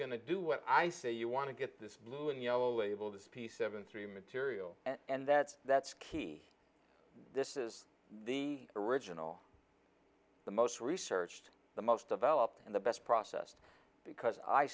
to do what i say you want to get this blue and yellow able to speak seven three material and that's that's key this is the original the most researched the most developed and the best process because i